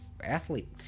athlete